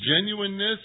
genuineness